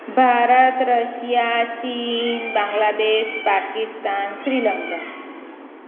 Bharat Russia ચીન બાંગ્લાદેશ પાકિસ્તાન શ્રીલંકા